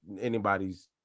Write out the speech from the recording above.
anybody's